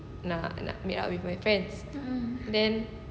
nak nak meet up with my friends then